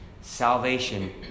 Salvation